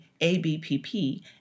ABPP